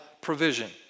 provision